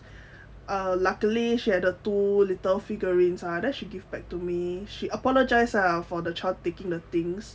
uh luckily she had the two little figurines ah then she give back to me she apologised for the child taking the things